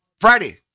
Friday